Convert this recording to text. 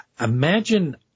Imagine